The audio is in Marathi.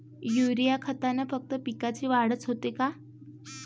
युरीया खतानं फक्त पिकाची वाढच होते का?